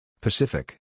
Pacific